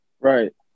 right